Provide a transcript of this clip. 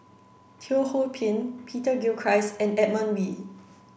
Teo Ho Pin Peter Gilchrist and Edmund Wee